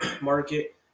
market